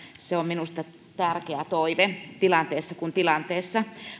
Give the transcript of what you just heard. se on minusta tärkeä toive tilanteessa kuin tilanteessa